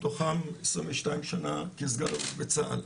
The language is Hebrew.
מתוכם 22 שנה כסגן אלוף בצה"ל.